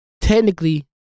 technically